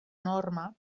norma